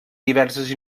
diverses